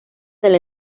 del